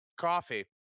coffee